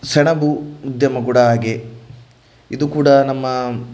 ಸೆಣಬು ಉದ್ಯಮ ಕೂಡ ಹಾಗೆ ಇದು ಕೂಡ ನಮ್ಮ